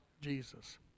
Jesus